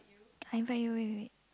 I invite you wait wait wait